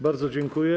Bardzo dziękuję.